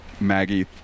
Maggie